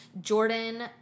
Jordan